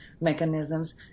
Mechanisms